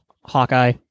Hawkeye